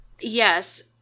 Yes